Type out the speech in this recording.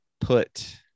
put